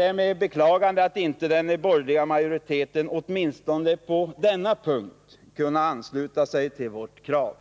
Vi beklagar att den borgerliga majoriteten inte kunnat ansluta sig till åtminstone detta krav.